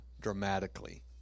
dramatically